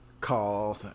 calls